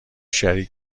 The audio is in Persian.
شریک